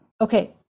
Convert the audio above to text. Okay